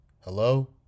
hello